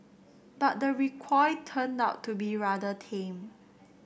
but the recoil turned out to be rather tame